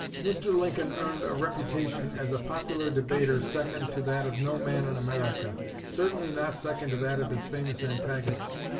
mr. lincoln earned a reputation as a popular debater second to that of no man in america certainly not second to that of his famous antagonist.